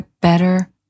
better